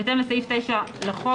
בהתאם לסעיף 9 לחוק,